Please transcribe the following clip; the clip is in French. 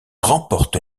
remporte